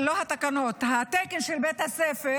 ההורים שלהם יודעים שהם הלכו לבית הספר,